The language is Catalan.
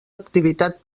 activitat